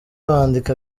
bandika